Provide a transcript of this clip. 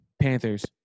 Panthers